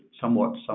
somewhat